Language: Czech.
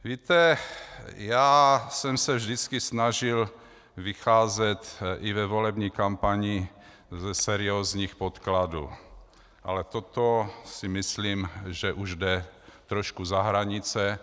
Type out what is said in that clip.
Víte, já jsem se vždycky snažil vycházet i ve volební kampani ze seriózních podkladů, ale toto si myslím, že už jde trošku za hranice.